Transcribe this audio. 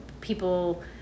people